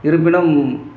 இருப்பினும்